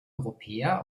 europäer